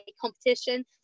competition